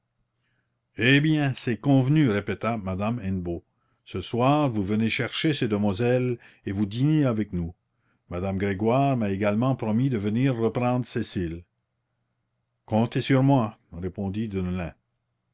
eh bien c'est convenu répéta madame hennebeau ce soir vous venez chercher ces demoiselles et vous dînez avec nous madame grégoire m'a également promis de venir reprendre cécile comptez sur moi répondit deneulin